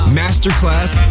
masterclass